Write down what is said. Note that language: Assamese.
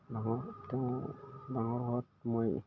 ডাঙৰ তেওঁ ডাঙৰ হোৱাত মই